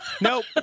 nope